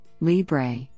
Libre